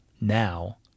now